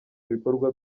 ibikorwa